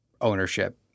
ownership